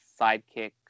sidekick